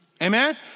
Amen